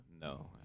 no